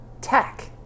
tech